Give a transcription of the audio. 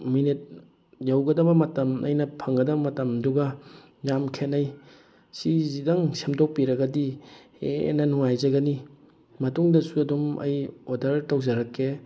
minute ꯌꯧꯒꯗꯕ ꯃꯇꯝ ꯑꯩꯅ ꯐꯪꯒꯗꯕ ꯃꯇꯝꯗꯨꯒ ꯌꯥꯝ ꯈꯦꯠꯅꯩ ꯁꯤꯁꯤꯗꯪ ꯁꯦꯝꯗꯣꯛꯄꯤꯔꯒꯗꯤ ꯍꯦꯟꯅ ꯅꯨꯡꯉꯥꯏꯖꯒꯅꯤ ꯃꯇꯨꯡꯗꯁꯨ ꯑꯗꯨꯝ ꯑꯩ ꯑꯣꯗꯔ ꯇꯧꯖꯔꯛꯀꯦ